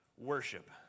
Worship